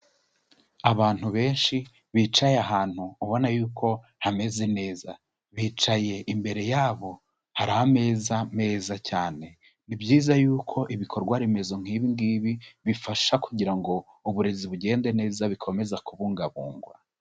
Abantu benshi, bicaye ahantu ubona yuko hameze neza. Bicaye imbere yabo hari ameza meza cyane. Ni byiza yuko ibikorwa remezo nk'ibi ngibi bifasha kugira ngo uburezi bugende neza bikomeze kubungabungwa.